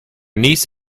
niece